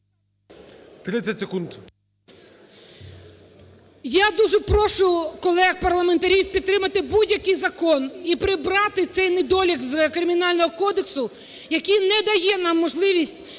Я дуже прошу колег-парламентарів підтримати будь-який закон і прибрати цей недолік з Кримінального кодексу, який не дає нам можливість